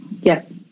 Yes